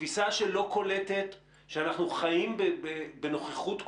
שלנו לאפשר חזרה למשק גם של עסקים קולטי